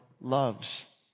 Loves